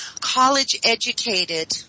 college-educated